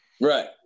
Right